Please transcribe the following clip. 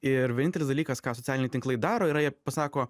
ir vienintelis dalykas ką socialiniai tinklai daro yra jie pasako